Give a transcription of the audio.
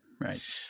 right